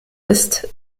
ist